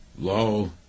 low